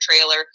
trailer